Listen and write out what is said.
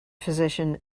physician